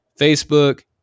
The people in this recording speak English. Facebook